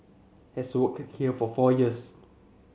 has worked here for four years